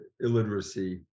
illiteracy